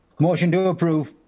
motion to approve.